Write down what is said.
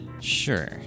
sure